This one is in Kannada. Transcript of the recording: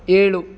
ಏಳು